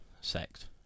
sect